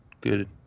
good